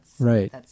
right